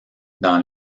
dans